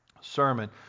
sermon